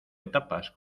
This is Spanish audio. etapas